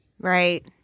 Right